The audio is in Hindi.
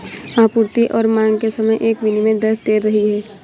आपूर्ति और मांग के समय एक विनिमय दर तैर रही है